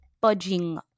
budging